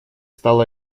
стало